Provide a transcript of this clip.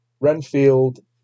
Renfield